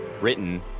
Written